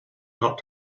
not